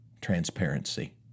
transparency